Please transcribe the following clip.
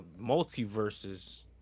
multiverses